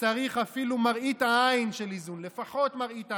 צריך אפילו מראית עין של איזון, לפחות מראית עין.